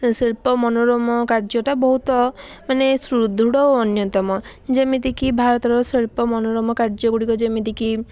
ଶିଳ୍ପ ମନୋରମ କାର୍ଯ୍ୟଟା ବହୁତ ମାନେ ସୁଦୃଢ଼ ଓ ଅନ୍ୟତମ ଯେମିତିକି ଭାରତର ଶିଳ୍ପ ମନୋରମ କାର୍ଯ୍ୟଗୁଡ଼ିକ ଯେମିତିକି